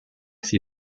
sie